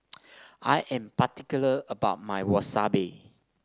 I am particular about my Wasabi